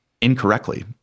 incorrectly